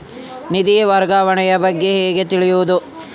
ನಿಧಿ ವರ್ಗಾವಣೆ ಬಗ್ಗೆ ಹೇಗೆ ತಿಳಿಯುವುದು?